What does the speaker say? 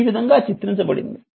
ఈ విదంగా చిత్రించబడింది